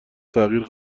تغییر